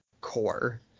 core